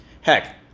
Heck